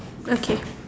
okay